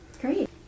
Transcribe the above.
Great